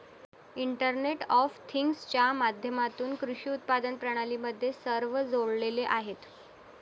internet of थिंग्जच्या माध्यमातून कृषी उत्पादन प्रणाली मध्ये सर्व जोडलेले आहेत